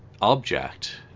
object